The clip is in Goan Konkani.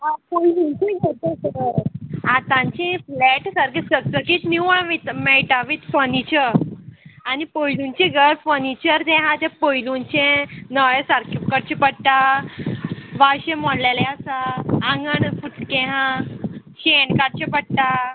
हय पयलींचे घर ते आतांची फ्लॅट सारकी सारकी निवळ वीत मेळटा वीथ फर्निचर आनी पयलुचे घर फर्निचर जें आहा तें पयलुचें नळे सारकें करचें पडटा वाशें मोडलेलें आसा आंगण फुटकें आहा शेण काडचें पडटा